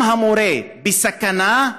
אם המורה בסכנה,